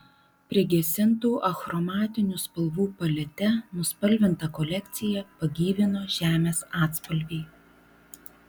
prigesintų achromatinių spalvų palete nuspalvintą kolekciją pagyvino žemės atspalviai